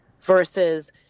Versus